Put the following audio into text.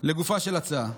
לגופה של ההצעה,